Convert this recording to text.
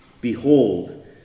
Behold